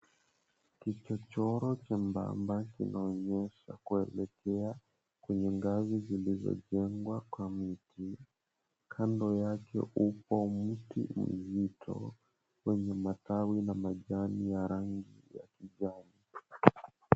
Kichochoro chembamba kinaonyesha kuelekea kwenye ngazi zilizojengwa kwa miti. Kando yake upo mti mzito wenye matawi na majani ya rangi ya kijani.